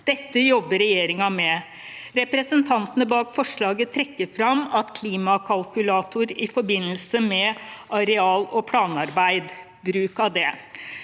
Dette jobber regjeringen med. Representantene bak forslaget trekker fram bruk av klimakalkulator i forbindelse med areal- og planarbeid. Skal vi